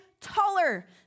taller